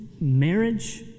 marriage